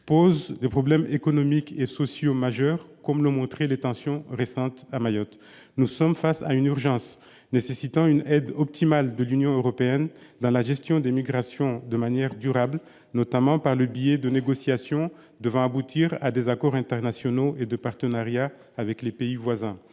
pose des problèmes économiques et sociaux majeurs, comme l'ont montré les récentes tensions. Nous sommes face à une urgence, nécessitant une aide optimale de l'Union européenne dans la gestion durable des migrations, notamment par le biais de négociations devant aboutir à des accords internationaux et de partenariat avec les pays voisins.